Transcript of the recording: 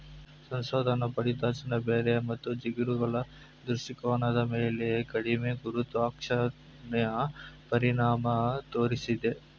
ಸಂಶೋಧನಾ ಫಲಿತಾಂಶ ಬೇರು ಮತ್ತು ಚಿಗುರುಗಳ ದೃಷ್ಟಿಕೋನದ ಮೇಲೆ ಕಡಿಮೆ ಗುರುತ್ವಾಕರ್ಷಣೆ ಪರಿಣಾಮ ತೋರ್ಸಿದೆ